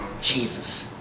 Jesus